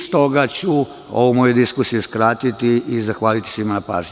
S toga ću ovu moju diskusiju skratiti i zahvaliti svima na pažnji.